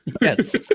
Yes